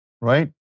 Right